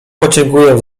podziękuję